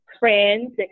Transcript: friends